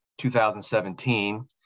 2017